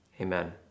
Amen